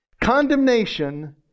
Condemnation